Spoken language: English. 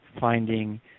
Finding